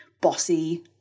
bossy